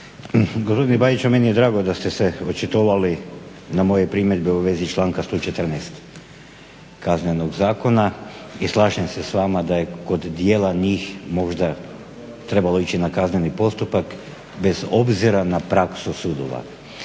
Gospodine Bajiću, meni je drago da ste se očitovali na moje primjedbe u vezi članka 114. Kaznenog zakona i slažem se s vama da je kod dijela njih možda trebalo ići na kazneni postupak bez obzira na praksu sudova.